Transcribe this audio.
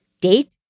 date